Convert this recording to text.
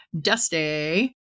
Dusty